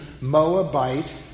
Moabite